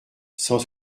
cent